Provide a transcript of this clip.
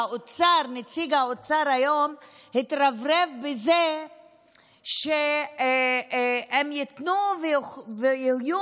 ונציג האוצר היום התרברב בזה שהם ייתנו ויהיו